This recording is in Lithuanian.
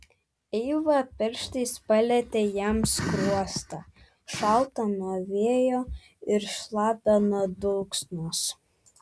eiva pirštais palietė jam skruostą šaltą nuo vėjo ir šlapią nuo dulksnos